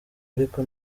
ariko